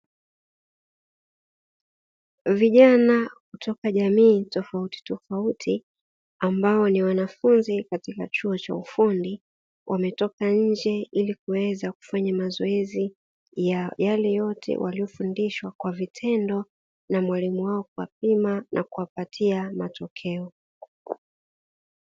Vijana kutoka jamii tofautitofauti, ambao ni wanafunzi katika chuo cha ufundi, wametoka nje ili kuweza kufanya mazoezi ya yale yote waliyofundishwa kwa vitendo na mwalimu wao kuwapima na kuwapatia matokeo.